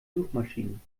suchmaschinen